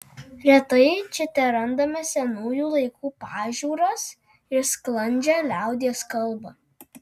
retai čia terandame senųjų laikų pažiūras ir sklandžią liaudies kalbą